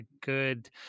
good